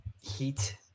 heat